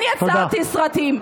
כן יצרתי סרטים,